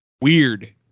weird